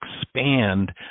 expand